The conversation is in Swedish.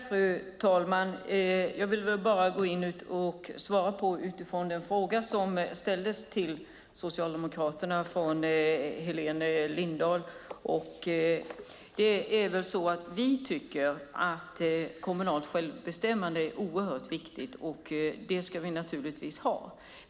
Fru talman! Jag vill bara svara på den fråga som Helena Lindahl ställde till Socialdemokraterna. Kommunalt självbestämmande är oerhört viktigt. Det ska vi naturligtvis ha.